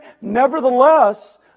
Nevertheless